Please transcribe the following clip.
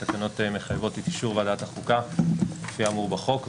התקנות מחיבות את אישור ועדת החוקה לפי האמור בחוק,